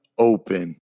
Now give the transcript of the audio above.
Open